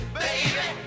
baby